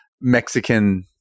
Mexican